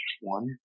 One